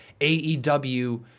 AEW